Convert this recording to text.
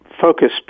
focus